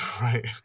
Right